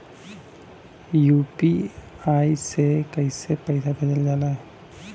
UPI से कइसे पैसा भेजल जाला?